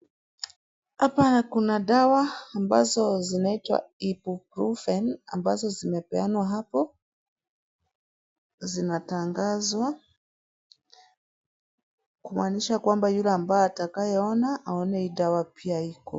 Hapa kuna dawa ambazo zinaitwa Ibuprofen, ambazo zimepeanwa hapo, zinatangazwa, kumaanisha kwamba yule ambaye atakaye ona aone hii dawa pia iko.